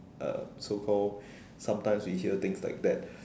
uh so called sometimes we hear things like that